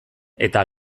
eta